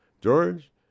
George